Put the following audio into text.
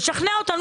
לשכנע אותנו,